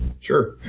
Sure